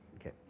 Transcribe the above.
okay